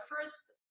first